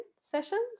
sessions